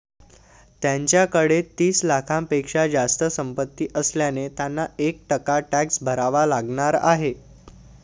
त्यांच्याकडे तीस लाखांपेक्षा जास्त संपत्ती असल्याने त्यांना एक टक्का टॅक्स भरावा लागणार आहे